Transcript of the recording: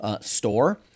store